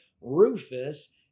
rufus